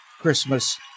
Christmas